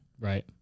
Right